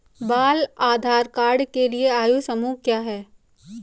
बाल आधार कार्ड के लिए आयु समूह क्या है?